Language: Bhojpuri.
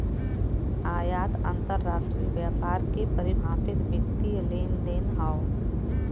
आयात अंतरराष्ट्रीय व्यापार के परिभाषित वित्तीय लेनदेन हौ